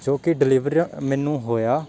ਜੋ ਕਿ ਡਿਲੀਵਰਾ ਮੈਨੂੰ ਹੋਇਆ